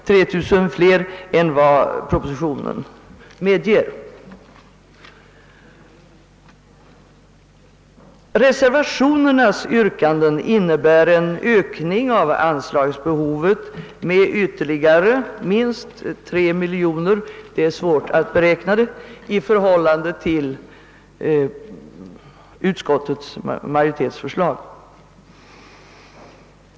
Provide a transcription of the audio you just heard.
Yrkandena i reservationerna innebär en ökning av anslagen med ytterligare minst 3 miljoner kronor — det är svårt att exakt beräkna — i förhållande till utskottsmajoritetens förslag.